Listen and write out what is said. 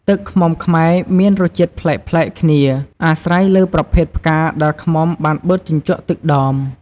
ទឹកឃ្មុំខ្មែរមានរសជាតិប្លែកៗគ្នា អាស្រ័យលើប្រភេទផ្កាដែលឃ្មុំបានបឺតជញ្ជក់ទឹកដម។